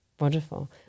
Wonderful